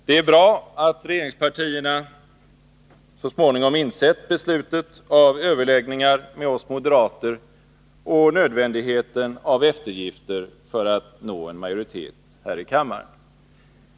Det är bra att regeringspartierna så småningom insett behovet av överläggningar med oss moderater och nödvändigheten av eftergifter för att nå en majoritet här i kammaren.